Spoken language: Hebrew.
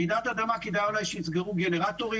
ברעידת אדמה כדאי אולי שיסגרו גנרטורים,